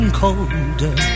colder